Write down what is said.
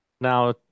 now